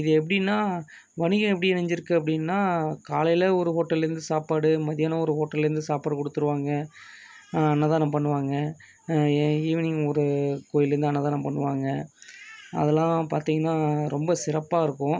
இது எப்படின்னா வணிகம் எப்படி இணைஞ்சு இருக்குது அப்படின்னா காலையில் ஒரு ஹோட்டல்லேருந்து சாப்பாடு மத்தியானம் ஒரு ஹோட்டல்லேருந்து சாப்பாடு கொடுத்துருவாங்க அன்னதானம் பண்ணுவாங்க ஏன் ஈவினிங் ஒரு கோயில்லேருந்து அன்னதானம் பண்ணுவாங்க அதெல்லாம் பார்த்தீங்கன்னா ரொம்ப சிறப்பாக இருக்கும்